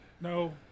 No